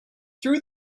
through